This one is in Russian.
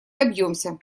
добьемся